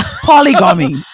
Polygamy